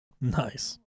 Nice